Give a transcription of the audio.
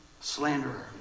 Slanderer